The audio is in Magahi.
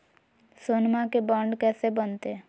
सोनमा के बॉन्ड कैसे बनते?